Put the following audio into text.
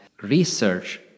research